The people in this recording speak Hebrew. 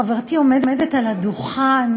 חברתי, עומדת על הדוכן